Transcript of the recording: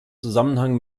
zusammenhang